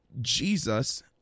Jesus